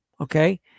okay